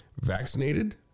vaccinated